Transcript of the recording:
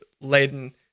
laden